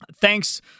thanks